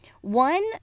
one